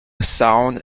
sound